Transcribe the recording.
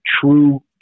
true